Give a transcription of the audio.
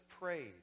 prayed